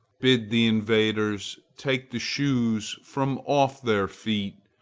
bid the invaders take the shoes from off their feet,